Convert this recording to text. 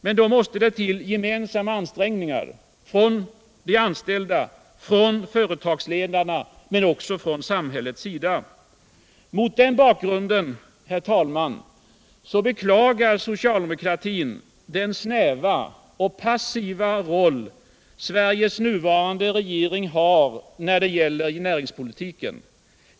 Men då måste det till gemensamma ansträngningar — från de anställda, från företagsledningarna och från samhället. Mot den bakgrunden, herr talman, beklagar socialdemokratin den snäva och passiva roll som Sveriges nuvarande regering har när det gäller näringspolitiken.